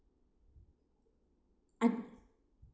I